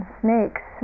snakes